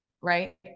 right